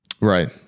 right